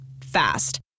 Fast